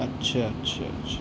اچھا اچھا اچھا